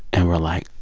and we're like,